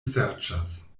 serĉas